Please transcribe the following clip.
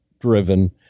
driven